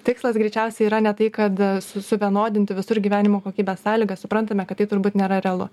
tikslas greičiausiai yra ne tai kad su suvienodinti visur gyvenimo kokybės sąlygas suprantame kad tai turbūt nėra realu